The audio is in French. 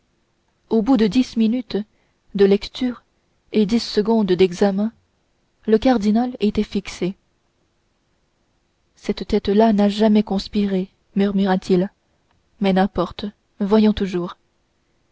au bout de dix minutes de lecture et dix secondes d'examen le cardinal était fixé cette tête là n'a jamais conspiré murmura-t-il mais n'importe voyons toujours